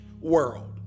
world